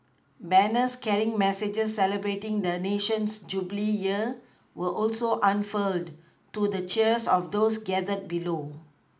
banners carrying messages celebrating the nation's Jubilee year were also unfurled to the cheers of those gathered below